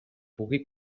pugui